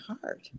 heart